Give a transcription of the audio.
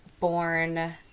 born